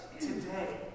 today